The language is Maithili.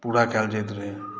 पूरा कयल जाइत रहय